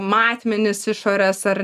matmenys išorės ar